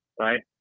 Right